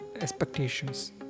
expectations